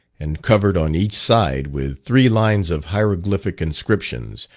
and covered on each side with three lines of hieroglyphic inscriptions,